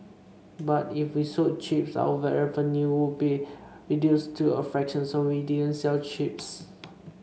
but if we sold chips our revenue would be reduced to a fraction so we didn't sell chips